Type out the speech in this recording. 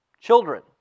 Children